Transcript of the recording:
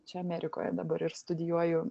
čia amerikoje dabar ir studijuoju